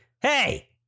Hey